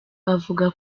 avuga